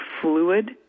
fluid